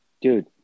Dude